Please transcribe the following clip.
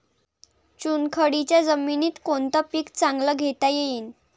चुनखडीच्या जमीनीत कोनतं पीक चांगलं घेता येईन?